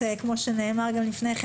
כפי שנאמר לפני כן,